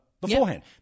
beforehand